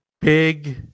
Big